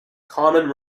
common